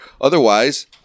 Otherwise